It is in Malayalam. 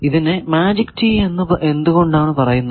ഇതിനെ മാജിക് ടീ എന്ന് എന്ത്കൊണ്ടാണ് പറയുന്നത്